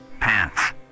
Pants